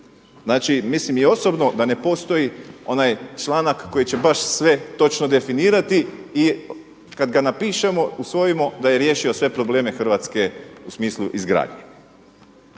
Znači mislim i osobno da ne postoji onaj članak koji će baš sve točno definirati i kada ga napišemo, usvojimo da je riješio sve probleme Hrvatske u smislu izgradnje.